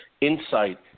insight